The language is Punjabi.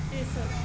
ਜੀ ਸਰ